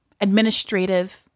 administrative